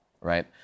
right